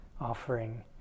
offering